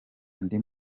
andi